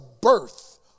birth